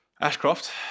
Ashcroft